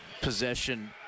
possession